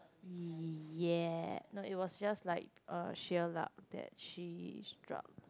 y~ yeah no it was just like uh sheer luck that she is drunk